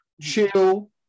chill